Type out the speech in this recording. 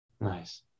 Nice